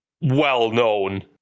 well-known